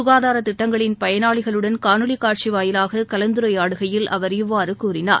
சுகாதார திட்டங்களின் பயனாளிகளுடன் காணொலி காட்சி வாயிலாக கலந்துரையாடுகையில் அவர் இவ்வாறு கூறினார்